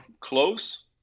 close